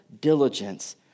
diligence